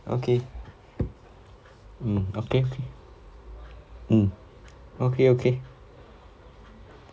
okay mm okay mm okay okay